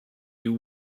you